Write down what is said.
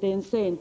Timmen är sen,